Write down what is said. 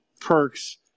perks